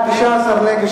הצעתי ועדה.